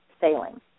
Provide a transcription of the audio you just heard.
sailing